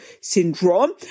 syndrome